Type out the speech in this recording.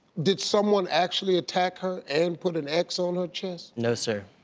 did someone actually attack her? and put an x on her chest? no sir,